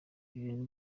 ibintu